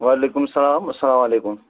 وعلیکُم سلام اسلامُ علیکُم